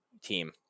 team